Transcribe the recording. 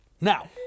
now